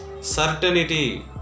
Certainty